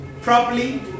properly